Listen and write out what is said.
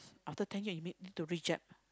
after ten year you need to rejab